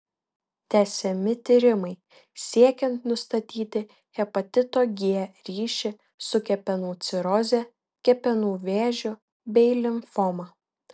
tęsiami tyrimai siekiant nustatyti hepatito g ryšį su kepenų ciroze kepenų vėžiu bei limfoma